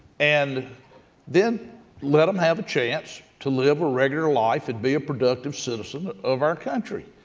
and then let them have a chance to live a regular life and be a productive citizen of our country.